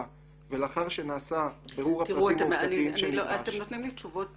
ולאחר שנעשה בירור הפרטים העובדתיים שנדרש --- אתם נותנים לי תשובות